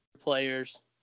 players